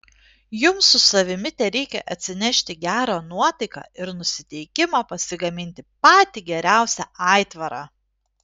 jums su savimi tereikia atsinešti gerą nuotaiką ir nusiteikimą pasigaminti patį geriausią aitvarą